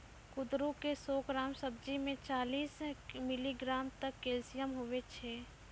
कुंदरू के सौ ग्राम सब्जी मे चालीस मिलीग्राम तक कैल्शियम हुवै छै